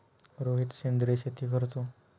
रोहित सेंद्रिय शेती करतो